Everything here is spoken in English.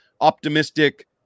optimistic